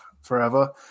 forever